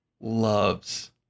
loves